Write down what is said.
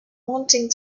wanting